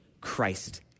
Christ